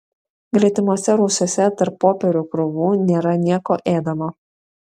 gretimuose rūsiuose tarp popierių krūvų nėra nieko ėdamo